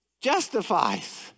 justifies